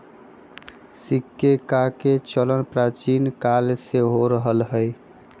सिक्काके चलन प्राचीन काले से हो रहल हइ